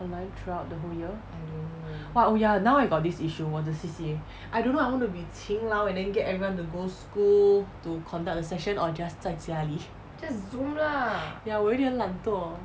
online throughout the whole year !wah! oh ya now I got this issue 我的 C_C_A I don't know I'm wanna be 勤劳 and then get everyone to go school to conduct a session or just 在家里 ya 我有一点懒惰